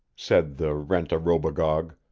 said the rent-a-robogogue,